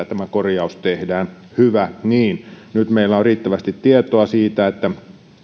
tämä korjaus tehdään hyvä niin nyt meillä on riittävästi tietoa siitä